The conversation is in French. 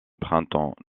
printemps